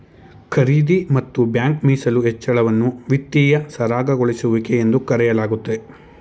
ಖರೀದಿ ಮತ್ತು ಬ್ಯಾಂಕ್ ಮೀಸಲು ಹೆಚ್ಚಳವನ್ನ ವಿತ್ತೀಯ ಸರಾಗಗೊಳಿಸುವಿಕೆ ಎಂದು ಕರೆಯಲಾಗುತ್ತೆ